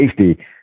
safety